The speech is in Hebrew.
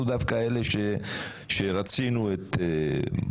אנחנו דווקא אלה שרצו את בגין.